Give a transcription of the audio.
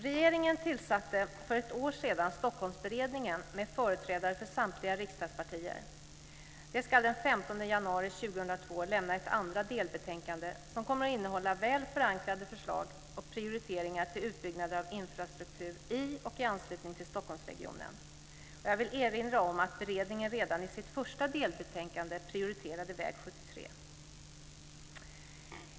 Regeringen tillsatte för ett år sedan Stockholmsberedningen med företrädare för samtliga riksdagspartier. Den ska den 15 januari 2002 lämna ett andra delbetänkande som kommer att innehålla väl förankrade förslag till och prioriteringar av infrastruktur i och i anslutning till Stockholmsregionen. Jag vill erinra om att beredningen redan i sitt första delbetänkande prioriterade väg 73.